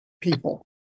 people